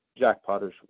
jackpotters